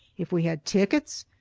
if we had tickets,